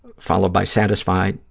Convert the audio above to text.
followed by satisfied,